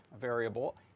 variable